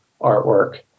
artwork